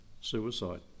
Suicide